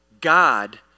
God